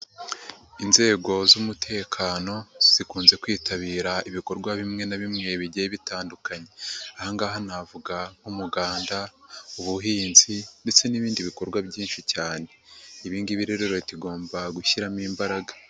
Inzego z'umutekano zikunze kwitabira ibikorwa bimwe na bimwe bigiye bitandukanye, aha ngaha navuga nk'umuganda, ubuhinzi, ndetse n'ibindi bikorwa byinshi cyane. ibi ngibi rero leta igomba gushyiramo imbaraga.